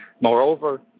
Moreover